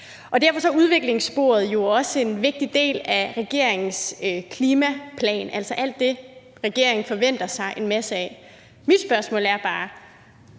Derfor er udviklingssporet jo også en vigtig del af regeringens klimaplan, altså alt det, regeringen forventer sig en masse af. Mit spørgsmål er bare: